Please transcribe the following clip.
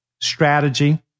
strategy